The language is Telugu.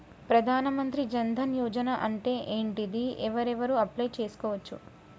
ప్రధాన మంత్రి జన్ ధన్ యోజన అంటే ఏంటిది? ఎవరెవరు అప్లయ్ చేస్కోవచ్చు?